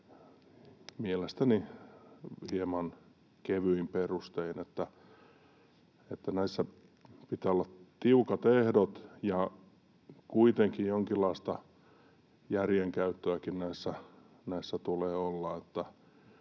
mielestäni hieman kevyin perustein. Näissä pitää olla tiukat ehdot, ja kuitenkin jonkinlaista